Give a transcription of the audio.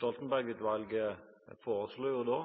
Utvalget foreslo